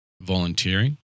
volunteering